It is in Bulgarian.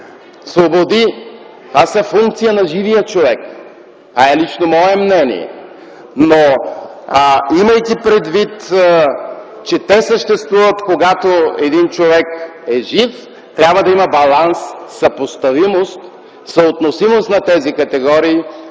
свободи са функции на живия човек. Това е лично мое мнение. Но имайки предвид, че те съществуват, когато един човек е жив, трябва да има баланс, съпоставимост, съотносимост на тези категории,